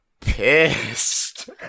pissed